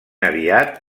aviat